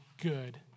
good